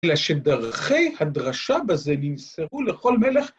‫לשדרכי הדרשה בזה ‫נמסרו לכל מלך.